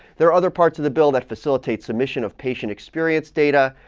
there are other parts of the bill that facilitate submission of patient experience data,